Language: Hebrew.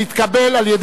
נתקבלה.